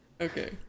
Okay